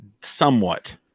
somewhat